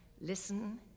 listen